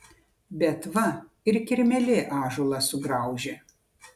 bet va ir kirmėlė ąžuolą sugraužia